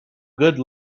good